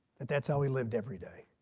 that's how he lived every day.